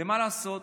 ומה לעשות,